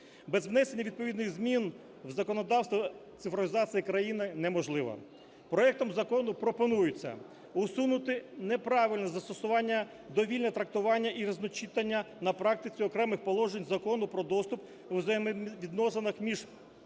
Без внесення відповідних змін в законодавство цифровізація країни неможлива. Проектом закону пропонується усунути неправильне застосування, довільне трактування і різночитання на практиці окремих положень Закону про доступ у взаємовідносинах між власниками